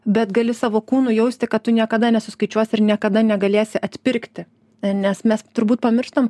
bet gali savo kūnu jausti kad tu niekada nesuskaičiuos ir niekada negalėsi atpirkti nes mes turbūt pamirštam